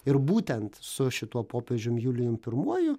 ir būtent su šituo popiežium julijum pirmuoju